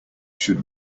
should